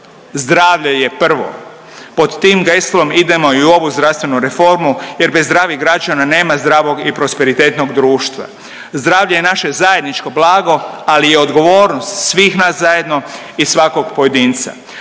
Zdravlje je prvo. Pod tim geslom idemo i u ovu zdravstvenu reformu jer bez zdravih građana, nema zdravog i prosperitetnog društva. Zdravlje je naše zajedničko blago, ali i odgovornost svih nas zajedno i svakog pojedinca.